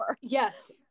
yes